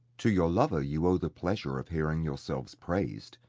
to your lover you owe the pleasure of hearing yourselves praised,